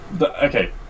Okay